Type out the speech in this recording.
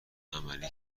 عملی